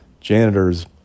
janitors